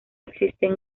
existen